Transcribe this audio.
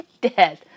dead